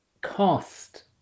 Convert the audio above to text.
cost